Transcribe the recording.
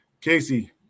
Casey